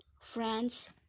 friends